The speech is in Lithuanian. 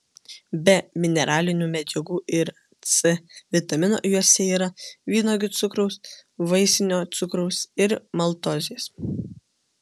be mineralinių medžiagų ir c vitamino juose yra vynuogių cukraus vaisinio cukraus ir maltozės